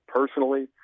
personally